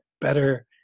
better